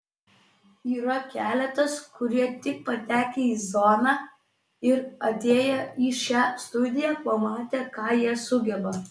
yra keletas kurie tik patekę į zoną ir atėję į šią studiją pamatė ką jie sugeba